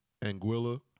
Anguilla